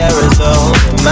Arizona